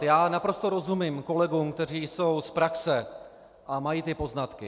Já naprosto rozumím kolegům, kteří jsou z praxe a mají ty poznatky.